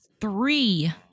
three